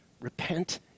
Repent